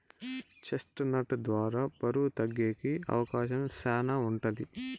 chest నట్ ద్వారా బరువు తగ్గేకి అవకాశం శ్యానా ఉంటది